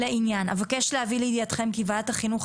אבקש להביא לידיעתכם כי ועדת החינוך,